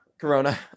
corona